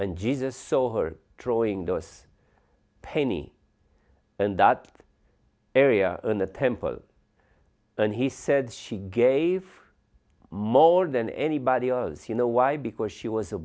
and jesus so her drawing those paintings and that area and the temple and he said she gave more than anybody else you know why because she was a